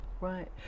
Right